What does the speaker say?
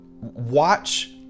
Watch